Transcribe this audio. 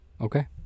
Okay